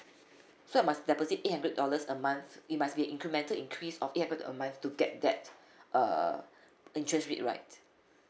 so I must deposit eight hundred dollars a month it must be incremental increase of eight hundred a month to get that uh interest rate right